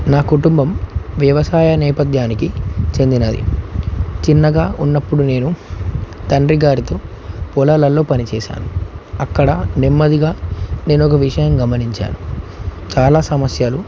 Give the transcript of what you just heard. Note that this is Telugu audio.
నా కుటుంబం వ్యవసాయ నేపద్యానికి చెందినది చిన్నగా ఉన్నప్పుడు నేను తండ్రి గారితో పొలాల్లో పనిచశాను అక్కడ నెమ్మదిగా నేనోక విషయం గమనించాను చాలా సమస్యలు